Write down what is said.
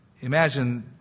Imagine